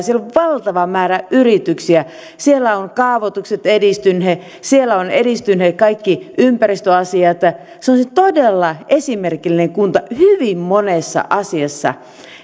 siellä on valtava määrä yrityksiä siellä ovat kaavoitukset edistyneet siellä ovat edistyneet kaikki ympäristöasiat se on todella esimerkillinen kunta hyvin monessa asiassa